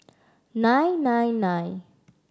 nine nine nine